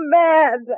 mad